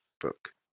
Book